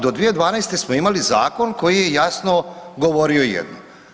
Do 2012. smo imali zakon koji je jasno govorio jedno.